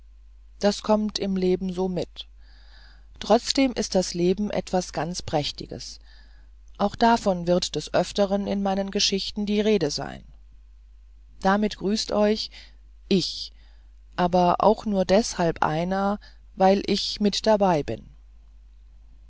das kommt im leben so mit trotzdem ist das leben etwas ganz prächtiges auch davon wird des öfteren in meinen geschichten die rede sein damit grüßt euch ich aber auch nur deshalb einer weil ich mit dabei bin